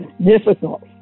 difficult